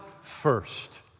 first